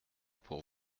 pour